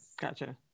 gotcha